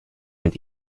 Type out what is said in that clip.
mit